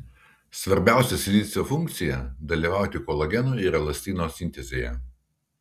svarbiausia silicio funkcija dalyvauti kolageno ir elastino sintezėje